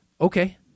Okay